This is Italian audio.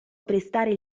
prestare